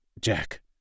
Jack